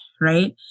right